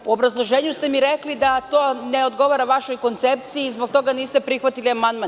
U obrazloženju ste mi rekli da to ne odgovara vašoj koncepciji i zbog toga niste prihvatili amandman.